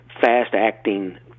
fast-acting